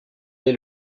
est